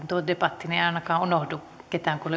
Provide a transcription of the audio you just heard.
tuo debatti niin ei ainakaan unohdu kukaan kun